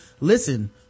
listen